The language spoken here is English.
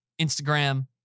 Instagram